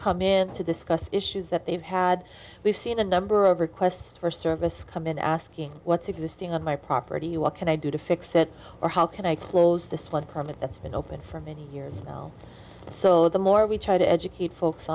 come into this cost issues that they've had we've seen a number of requests for service come in asking what's existing on my property what can i do to fix it or how can i close this one permit that's been open for many years so the more we try to educate folks